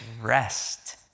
rest